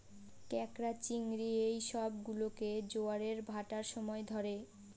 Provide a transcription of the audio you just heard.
ক্যাঁকড়া, চিংড়ি এই সব গুলোকে জোয়ারের ভাঁটার সময় ধরে